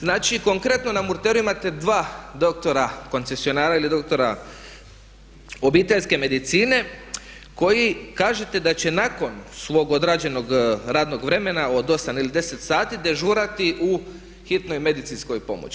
Znači konkretno, na Murteru imate dva doktora koncesionara ili doktora obiteljske medicine koji kažete da će nakon svog odrađenog radnog vremena od 8 ili 10 sati dežurati u hitnoj medicinskoj pomoći.